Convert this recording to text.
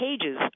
pages